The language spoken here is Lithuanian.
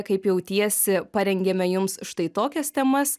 kaip jautiesi parengėme jums štai tokias temas